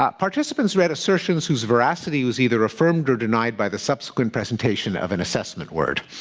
ah participants read assertions whose veracity was either affirmed or denied by the subsequent presentation of an assessment word,